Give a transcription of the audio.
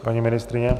Paní ministryně?